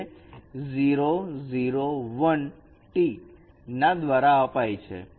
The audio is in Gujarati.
જે 001T ના દ્વારા અપાય છે